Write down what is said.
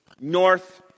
North